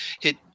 hit